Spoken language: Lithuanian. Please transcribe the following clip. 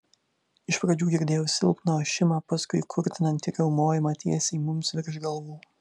iš pradžių girdėjau silpną ošimą paskui kurtinantį riaumojimą tiesiai mums virš galvų